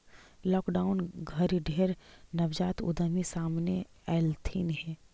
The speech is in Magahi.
लॉकडाउन घरी ढेर नवजात उद्यमी सामने अएलथिन हे